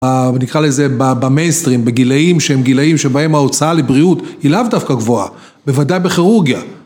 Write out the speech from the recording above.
נקרא לזה במיינסטרים, בגילאים שהם גילאים שבהם ההוצאה לבריאות היא לאו דווקא גבוהה, בוודאי בכירורגיה.